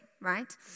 right